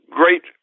great